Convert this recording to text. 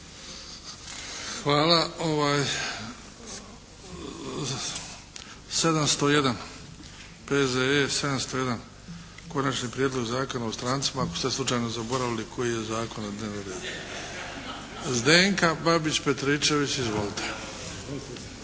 Hvala. 701., P.Z.E. 701. Konačni prijedlog Zakona o strancima ako ste slučajno zaboravili koji je zakon na dnevnom redu. Zdenka Babić Petričević. Izvolite.